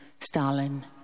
Stalin